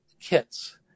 kits